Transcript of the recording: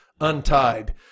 untied